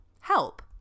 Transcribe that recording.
help